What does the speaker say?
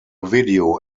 video